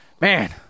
man